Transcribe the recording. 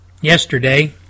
yesterday